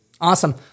Awesome